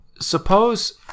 suppose